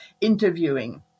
interviewing